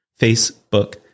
Facebook